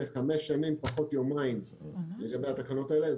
חמש שנים פחות יומיים לגבי התקנות האלה.